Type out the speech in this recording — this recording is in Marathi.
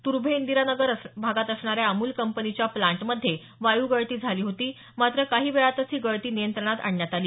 तुर्भे इंदिरानगर असणाऱ्या अमूल कंपनी च्या प्लांट मध्ये वायू गळती झाली होती मात्र काही वेळातच ही गळती नियंत्रणात आणण्यात आली